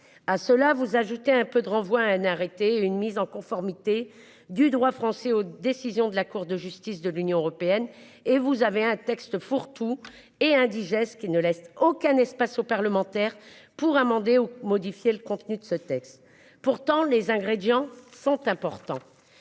à cela, vous ajoutez un peu de renvoie un arrêté une mise en conformité du droit français aux décisions de la Cour de justice de l'Union européenne et vous avez un texte fourre-tout et indigeste qui ne laisse aucun espace aux parlementaires pour amender ou modifier le contenu de ce texte. Pourtant les ingrédients sont importants.